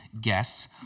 guests